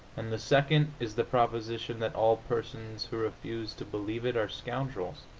and the second is the proposition that all persons who refuse to believe it are scoundrels.